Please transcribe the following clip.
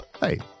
Hey